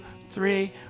three